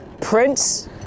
Prince